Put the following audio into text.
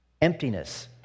emptiness